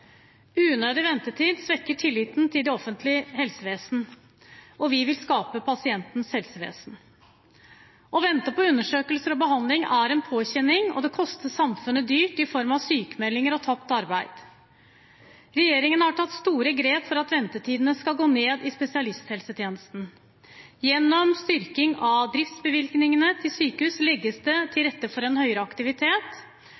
Unødig ventetid svekker tilliten til det offentlige helsevesen. Vi vil skape pasientens helsevesen. Å vente på undersøkelser og behandling er en påkjenning, og det koster samfunnet dyrt i form av sykmeldinger og tapt arbeid. Regjeringen har tatt store grep for at ventetiden i spesialisthelsetjenesten skal gå ned. Gjennom styrking av driftsbevilgningene til sykehus legges det til rette for en høyere aktivitet.